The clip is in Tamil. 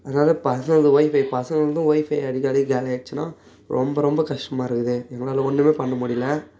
அதனால் பசங்கள்து ஒய்ஃபை பசங்கள்தும் ஒய்ஃபை அடிக்கடி காலி ஆயிடுச்சினா ரொம்ப ரொம்ப கஷ்டமாக இருக்குது எங்களால் ஒன்றுமே பண்ணமுடியல